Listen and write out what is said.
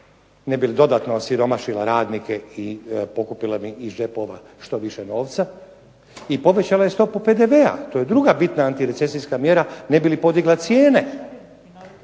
ne bi li dodatno osiromašila radnike i pokupila im iz džepova što više novca i povećala je stopu PDV-a. To je druga bitna antirecesijska mjera ne bi li podigla cijene,